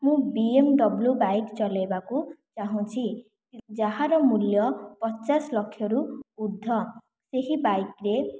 ମୁଁ BMW bike ଚଲେଇବାକୁ ଚାହୁଁଛି ଯାହାର ମୂଲ୍ୟ ପଚାଶ ଲକ୍ଷ ରୁ ଉର୍ଦ୍ଧ୍ୱ ଏହି ବାଇକ୍ରେ